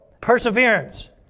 perseverance